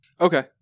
okay